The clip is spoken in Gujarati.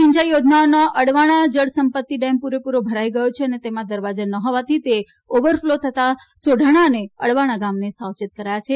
સિંચાઇ યોજનાનો અડવાણા જળ સંપતિ ડેમ પૂરેપૂરો ભરાઇ ગયો છે અને તેમાં દરવાજા ન હોવાથી તે ઓવરફ્લો થતા સોઢાણા અને અડવાણા ગામને સાવચેત કરાયા છે